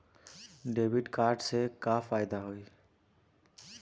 Debit card से का फायदा होई?